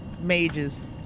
mages